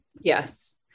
Yes